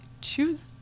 choose